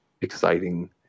exciting